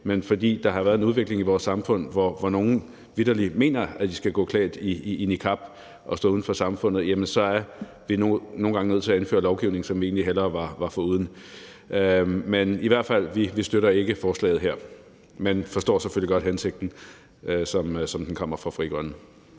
men fordi der har været en udvikling i vores samfund, hvor nogle vitterlig mener, at de skal gå klædt i niqab og stå uden for samfundet, så er vi nogle gange nødt til at indføre lovgivning, som vi egentlig hellere var foruden. Men i hvert fald støtter vi ikke forslaget her. Men vi forstår selvfølgelig godt hensigten, som kommer fra Frie Grønne.